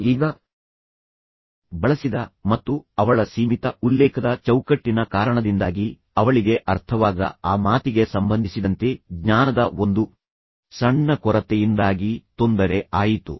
ಈಗ ಬಳಸಿದ ಮತ್ತು ಅವಳ ಸೀಮಿತ ಉಲ್ಲೇಖದ ಚೌಕಟ್ಟಿನ ಕಾರಣದಿಂದಾಗಿ ಅವಳಿಗೆ ಅರ್ಥವಾಗದ ಆ ಮಾತಿಗೆ ಸಂಬಂಧಿಸಿದಂತೆ ಜ್ಞಾನದ ಒಂದು ಸಣ್ಣ ಕೊರತೆಯಿಂದಾಗಿ ತೊಂದರೆ ಆಯಿತು